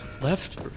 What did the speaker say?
Left